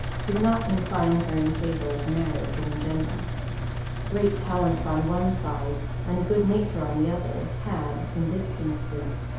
did not incline her in favour of marriage in general great talents on one side, and good-nature on the other, had, in this instance,